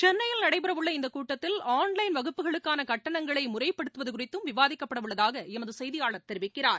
சென்னையில் நடைபெறவுள்ள இந்தக் கூட்டத்தில் ஆன்லைன் வகுப்புகளுக்கானகட்டணங்களைமுறைப்படுத்துவதுகுறித்தும் விவாதிக்கப்படவுள்ளதாகஎமதுசெய்தியாளர் தெரிவிக்கிறார்